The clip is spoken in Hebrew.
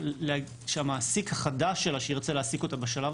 המעסיק החדש שירצה להעסיק אותה בשלב